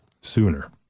sooner